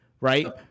Right